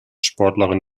sportlerin